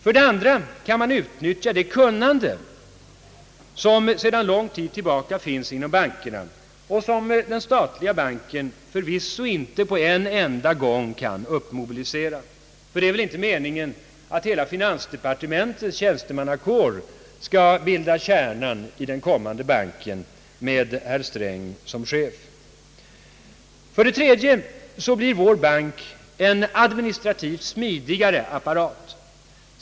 För det andra kan man utnyttja det kunnande som sedan lång tid tillbaka finns inom bankerna och som den statliga banken förvisso inte på en enda gång kan uppmobilisera, ty det är väl inte meningen att hela finansdepartementets tjänstemannakår skall bilda kärnan i den kommande banken med herr Sträng som chef. För det tredje blir vår bank en administrativt smidigare apparat.